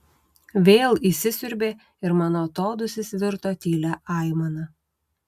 vėl įsisiurbė ir mano atodūsis virto tylia aimana